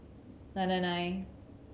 nine nine nine